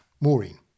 maureen